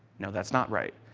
no that is not right.